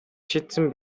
шийдсэн